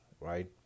right